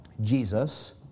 Jesus